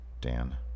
Dan